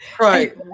Right